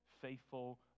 faithful